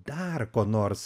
dar ko nors